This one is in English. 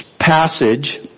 passage